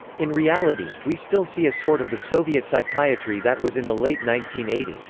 in reality, we still see a sort of the soviet psychiatry that was in the late nineteen eighty s.